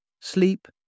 Sleep